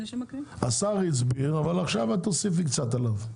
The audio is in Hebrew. השר הסביר, אבל עכשיו את תוסיפי קצת עליו.